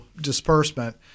disbursement